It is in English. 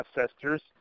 ancestors